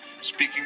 Speaking